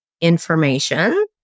information